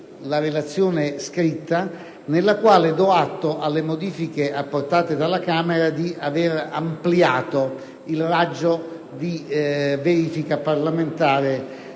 mia relazione, nel quale do atto alle modifiche apportate alla Camera di aver ampliato il raggio di verifica parlamentare